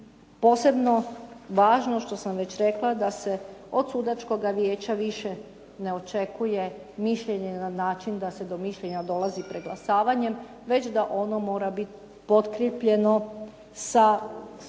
posebno važno što sam već rekla da se od sudačkoga vijeća više ne očekuje mišljenje na način da se do mišljenja dolazi preglasavanjem već da ono mora biti potkrijepljeno sa